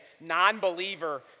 non-believer